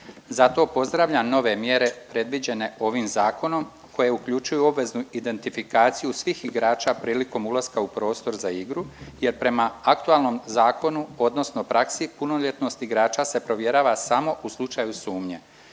Zato pozdravljam nove mjere predviđene ovim zakonom koje uključuju obveznu identifikaciju svih igrača prilikom ulaska u prostor za igru jer prema aktualnom zakonu odnosno praksi punoljetnost igrača se provjerava samo u slučaju sumnje.